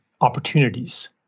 opportunities